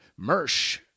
Mersh